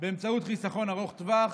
באמצעות חיסכון ארוך טווח,